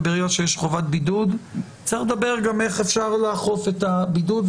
וברגע שיש חובת בידוד צריך לדבר גם על איך אפשר לאכוף את הבידוד,